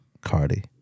Cardi